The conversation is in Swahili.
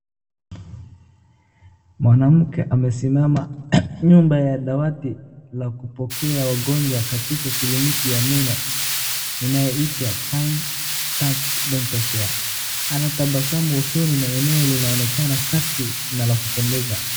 Mwananmke amesimama nyuma ya dawati la kupokea wagonjwa katika kliniki ya meno inayoitwa Fine Touch Dental Care . Anatabasamu huzuni na eneo linaonekana safi na la kupendeza.